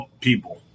people